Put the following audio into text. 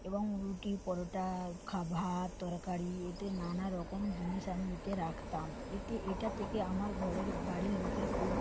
এবং রুটি পরোটা খাবার ভাত তরকারি এতে নানারকম জিনিস আমি এতে রাখতাম এতে এটা থেকে আমার ঘরের বাড়ির লোকের খুব